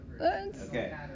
Okay